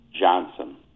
Johnson